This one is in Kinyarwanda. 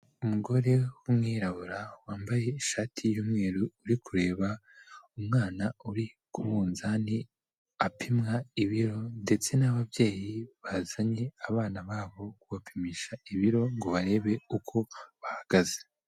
Umugore w'umwirabura wambaye ishati y'umweru uri kureba, umwana uri ku munzani apimwa ibiro ndetse n'ababyeyi bazanye abana babo kubapimisha ibiro ngo barebe uko bahagaze.